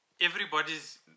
Everybody's